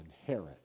inherit